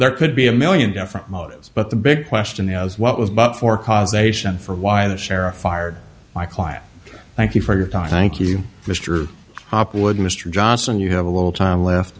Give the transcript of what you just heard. there could be a million different motives but the big question is what was but for cause ation for why the sheriff fired my client thank you for your time thank you mr hopwood mr johnson you have a little time left